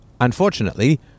Unfortunately